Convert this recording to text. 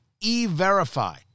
e-verify